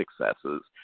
successes